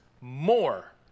more